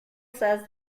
says